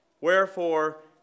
Wherefore